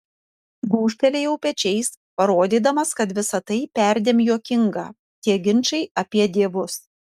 gūžtelėjau pečiais parodydamas kad visa tai perdėm juokinga tie ginčai apie dievus